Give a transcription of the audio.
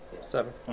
Seven